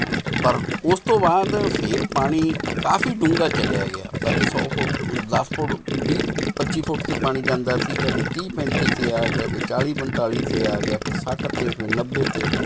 ਪਰ ਉਸ ਤੋਂ ਬਾਅਦ ਫੇਰ ਪਾਣੀ ਕਾਫ਼ੀ ਡੂੰਘਾ ਚਲਿਆ ਗਿਆ ਪਹਿਲੇ ਸੌ ਫੁੱਟ ਦਸ ਫੁੱਟ ਵੀਹ ਪੱਚੀ ਫੁੱਟ 'ਤੇ ਪਾਣੀ ਜਾਂਦਾ ਸੀ ਫਿਰ ਤੀਹ ਪੈਂਤੀ 'ਤੇ ਆ ਗਿਆ ਫਿਰ ਚਾਲੀ ਪੰਤਾਲੀ 'ਤੇ ਆ ਗਿਆ ਫੇਰ ਸੱਠ 'ਤੇ ਫੇਰ ਨੱਬੇ 'ਤੇ